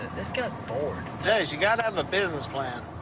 this guy s bored. jase you got to have a business plan.